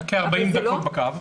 מחכים 40 דקות על הקו.